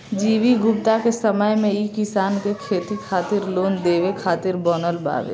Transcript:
G V Gupta के समय मे ई किसान के खेती खातिर लोन देवे खातिर बनल बावे